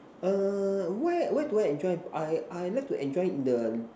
err where where do I enjoy I I like to enjoy in the